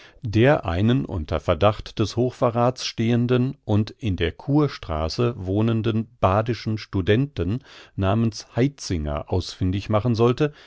der einen unter verdacht des hochverraths stehenden und in der kurstraße wohnenden badischen studenten namens haitzinger ausfindig machen sollte